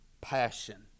passion